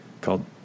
called